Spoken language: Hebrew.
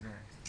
בוקר